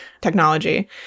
technology